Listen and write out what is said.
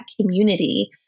community